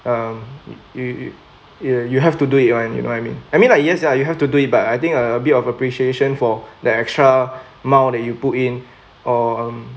um you you you have to do it [one] you know what I mean I mean like yes ah you have to do it but I think a bit of appreciation for that extra mile that you put in or um